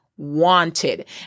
Wanted